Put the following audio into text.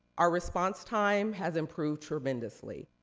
our response time has improved tremendously.